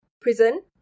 prison